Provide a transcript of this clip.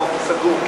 או סגור?